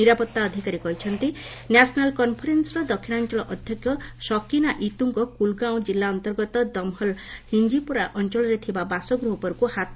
ନିରାପତ୍ତା ଅଧିକାରୀ କହିଛନ୍ତି ନ୍ୟାସନାଲ୍ କନ୍ଫରେନ୍ସର ଦକ୍ଷିଣାଞ୍ଚଳ ଅଧ୍ୟକ୍ଷ ସକିନା ଇତୁଙ୍କ କୁଲଗାଓଁ କିଲ୍ଲା ଅନ୍ତର୍ଗତ ଦମହଲ୍ ହିଞ୍ଜିପୋରା ଅଞ୍ଚଳରେ ଥିବା ବାସଗୁହ ଉପରକୁ ହାତବୋମା ଫିଙ୍ଗାଯାଇଥିଲା